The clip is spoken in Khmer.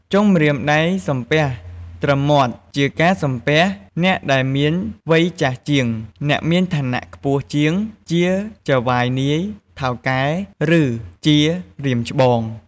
ចុងម្រាមដៃសំពះត្រឹមមាត់ ជាការសំពះអ្នកដែលមានវ័យចាស់ជាង អ្នកមានឋានៈខ្ពស់ជាង ជាចៅហ្វាយនាយ ថៅកែ ឬ ជារៀមច្បង។